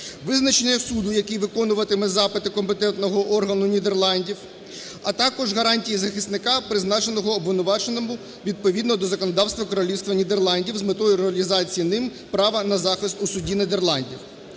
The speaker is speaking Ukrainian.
визначення суду, який виконуватиме запити компетентного органу Нідерландів, а також гарантії захисника, призначеного обвинуваченому відповідно до законодавства Королівства Нідерландів з метою реалізації ним права на захист у суді Нідерландів.